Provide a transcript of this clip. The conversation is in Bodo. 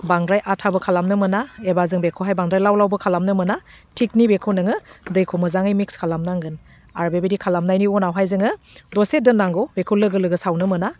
बांद्राय आथाबो खालामनो मोना एबा जों बेखौहाय बाद्राय लाव लावबो खालामनो मोना थिग नैबेखौ नोङो दैखौ मोजाङै मिक्स खालामनांगोन आरो बेबायदि खालामनायनि उनावहाय जोङो दसे दोन्नांगौ बेखौ लोगो लोगो सावनो मोना